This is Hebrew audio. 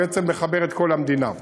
ובעצם לחבר את כל המדינה.